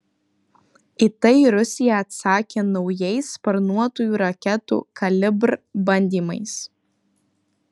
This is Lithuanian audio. į tai rusija atsakė naujais sparnuotųjų raketų kalibr bandymais